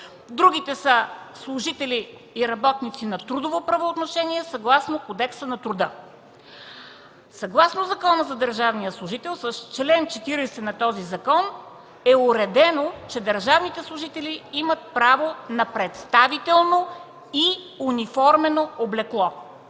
другите са служители и работници на трудово правоотношение, съгласно Кодекса на труда. Съгласно Закона за държавния служител с чл. 40 е уредено, че държавните служители имат право на представително и униформено облекло,